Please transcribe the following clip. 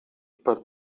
per